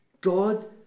God